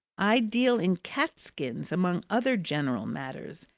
i deal in cat-skins among other general matters,